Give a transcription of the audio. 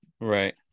Right